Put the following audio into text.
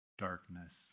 darkness